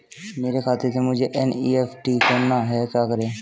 मेरे खाते से मुझे एन.ई.एफ.टी करना है क्या करें?